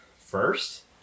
first